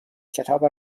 کتاب